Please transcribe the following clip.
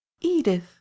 edith